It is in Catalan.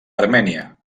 armènia